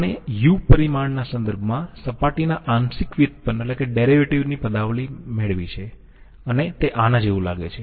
આપણે u પરિમાણના સંદર્ભમાં સપાટીના આંશિક વ્યુત્પન્ન ની પદાવલિ મેળવી છે અને તે આના જેવું લાગે છે